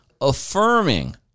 affirming